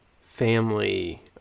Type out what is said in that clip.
family